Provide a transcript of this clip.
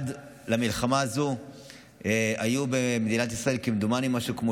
עד למלחמה הזו היו במדינת ישראל משהו כמו